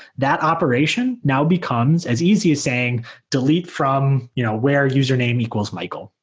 that operation now becomes as easy as saying delete from you know where username equals michael.